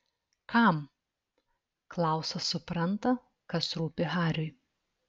kam klausas supranta kas rūpi hariui